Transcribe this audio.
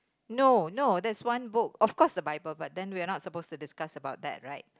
no no that's one book of course the bible but then we are not suppose to discuss about that right